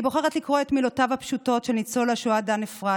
אני בוחרת לקרוא את מילותיו הפשוטות של ניצול השואה דן אפרת,